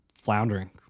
floundering